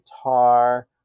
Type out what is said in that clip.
guitar